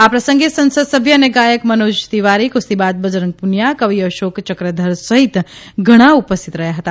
આ પ્રસંગે સંસદ સભ્ય અને ગાયક મનોજ તિવારી કુસ્તીબાજ બજરંગ પુનિયા કવિ અશોક યક્રધર સહિત ઘણા ઉલ સ્થિત રહ્યા હતા